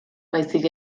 baizik